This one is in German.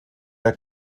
der